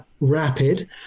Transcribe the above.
rapid